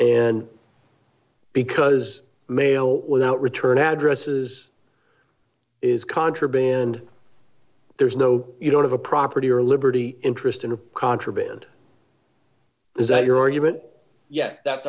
and because mail without return addresses is contraband there's no you don't have a property or liberty interest in the contraband is that your argument yes that's